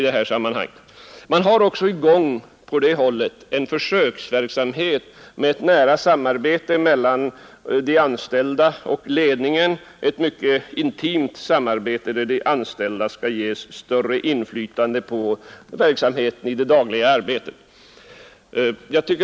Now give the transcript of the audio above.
I de statliga aktiebolagen pågår en försöksverksamhet i nära samarbete mellan de anställda och företagsledningen, ett mycket intimt samarbete, där de anställda skall ges större inflytande på det dagliga arbetet.